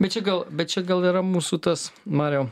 bet čia gal bet čia gal yra mūsų tas mariau